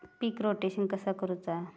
पीक rotation कसा करूचा?